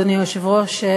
אדוני היושב-ראש,